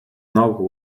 novel